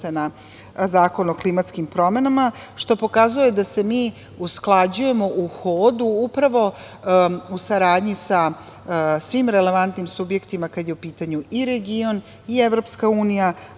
na Zakon o klimatskim promenama, što pokazuje da se mi usklađujemo u hodu upravo, u saradnji sa svim relevantnim subjektima kada je u pitanju i region i EU, na